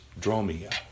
dromia